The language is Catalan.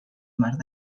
marc